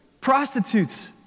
Prostitutes